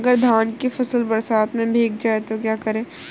अगर धान की फसल बरसात में भीग जाए तो क्या करें?